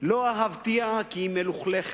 לא אהבתיה כי היא מלוכלכת,